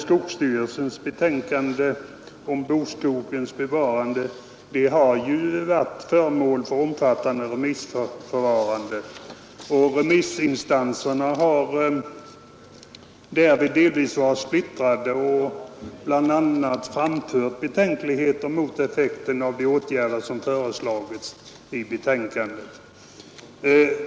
Skogsstyrelsens betänkande Bokskogens bevarande har ju varit föremål för omfattande remissförfarande, och remissinstanserna har därvid delvis varit splittrade och bl.a. framfört betänkligheter mot effekten av de åtgärder som föreslagits i betänkandet.